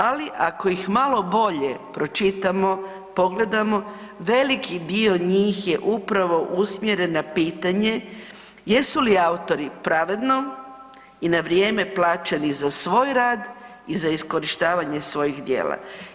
Ali ako ih malo bolje pročitamo i pogledamo veliki dio njih je upravo usmjeren na pitanje jesu li autori pravedno i na vrijeme plaćeni za svoj rad i za iskorištavanje svojih dijela?